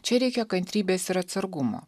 čia reikia kantrybės ir atsargumo